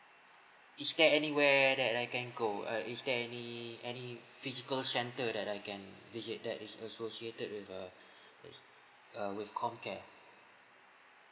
is there anywhere that I can go uh is there any any physical center that I can visit that is associated with a this uh with comcare